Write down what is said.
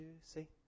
see